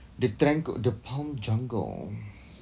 the tranq~ the palm jungle